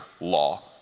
law